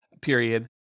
period